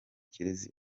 kirezi